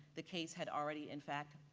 the case had already in fact,